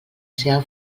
seva